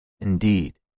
Indeed